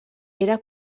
era